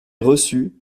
reçu